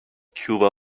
cuba